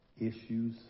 issues